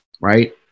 right